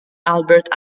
albert